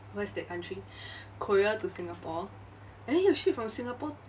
what's that country korea to singapore and then you ship from singapore